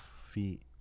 feet